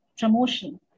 promotion